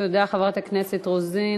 תודה, חברת הכנסת רוזין.